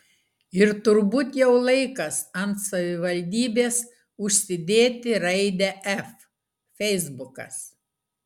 ir turbūt jau laikas ant savivaldybės užsidėti raidę f feisbukas